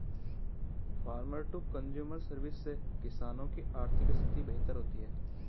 farmer to consumer service से किसानों की आर्थिक स्थिति बेहतर होती है